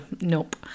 nope